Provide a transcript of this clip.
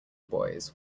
boys